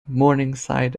morningside